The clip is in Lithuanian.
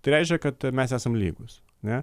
tai reiškia kad mes esam lygūs ne